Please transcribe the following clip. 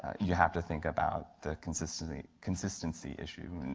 you have to think about the consistency consistency issue. and and